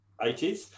80s